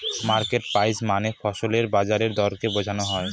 market price মানে ফসলের বাজার দরকে বোঝনো হয়